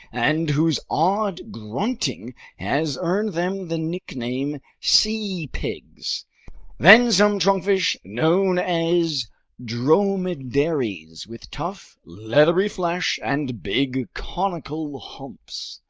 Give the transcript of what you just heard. and whose odd grunting has earned them the nickname sea pigs then some trunkfish known as dromedaries, with tough, leathery flesh and big conical humps.